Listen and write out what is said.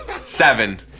Seven